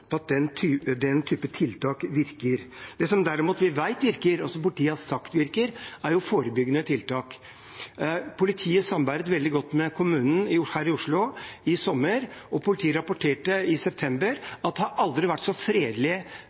at den type tiltak virker. Det vi derimot vet virker, og som politiet har sagt virker, er jo forebyggende tiltak. Politiet samarbeidet veldig godt med kommunen, her i Oslo, i sommer, og de rapporterte i september om at det aldri har vært et så fredelig